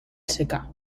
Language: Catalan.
secà